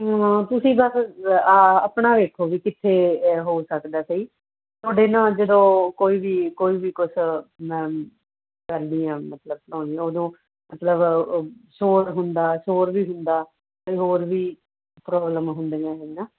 ਹਾਂ ਤੁਸੀਂ ਬਸ ਆਹ ਆਪਣਾ ਵੇਖੋ ਵੀ ਕਿੱਥੇ ਹੋ ਸਕਦਾ ਸਹੀ ਤੁਹਾਡੇ ਨਾ ਜਦੋਂ ਕੋਈ ਵੀ ਕੋਈ ਵੀ ਕੁਛ ਕਰਦੀ ਆ ਮਤਲਬ ਉਦੋਂ ਮਤਲਬ ਸ਼ੋਰ ਹੁੰਦਾ ਸ਼ੋਰ ਵੀ ਹੁੰਦਾ ਅਤੇ ਹੋਰ ਵੀ ਪ੍ਰੋਬਲਮ ਹੁੰਦੀਆਂ ਹੈਗੀਆਂ